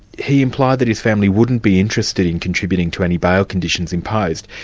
he implied that his family wouldn't be interested in contributing to any bail conditions imposed.